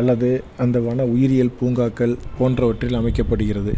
அல்லது அந்த வன உயிரியல் பூங்காக்கள் போன்றவற்றில் அமைக்கப்படுகிறது